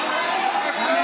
הצבעה.